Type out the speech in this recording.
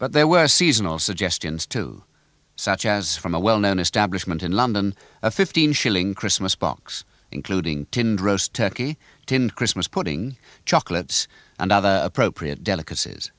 but there were seasonal suggestions too such as from a well known establishment in london a fifteen shilling christmas box including tinned roast turkey tin christmas pudding chocolates and other appropriate delicacies